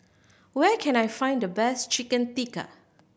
where can I find the best Chicken Tikka